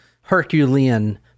Herculean